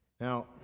Now